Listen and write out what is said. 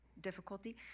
difficulty